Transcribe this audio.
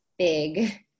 big